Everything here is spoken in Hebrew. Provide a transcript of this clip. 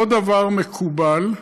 זה לא דבר מקובל,